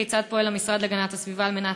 כיצד פועל המשרד להגנת הסביבה על מנת